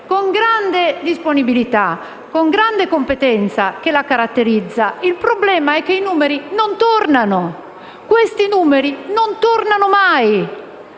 con la grande disponibilità e la competenza che la caratterizzano, ma il problema è che i numeri non tornano; questi numeri non tornano mai.